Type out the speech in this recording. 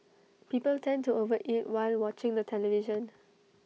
people tend to over eat while watching the television